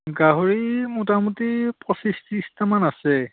গাহৰি মোটামুটি পঁচিছ ত্ৰিছটামান আছে